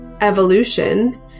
evolution